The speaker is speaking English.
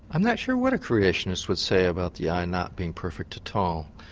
i'm not sure what a creationist would say about the eye not being perfect at all.